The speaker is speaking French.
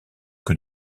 que